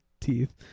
teeth